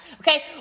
Okay